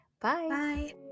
Bye